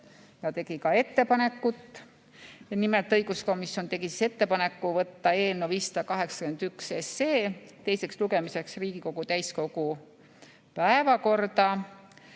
ja tegi ka ettepanekud. Nimelt, õiguskomisjon tegi ettepaneku võtta eelnõu 581 teiseks lugemiseks Riigikogu täiskogu päevakorda